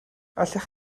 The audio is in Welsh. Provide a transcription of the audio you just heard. allech